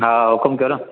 हा हुकुमु कयो न